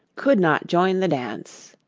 could not join the dance.